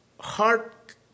heart